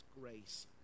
grace